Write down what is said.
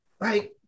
right